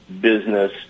business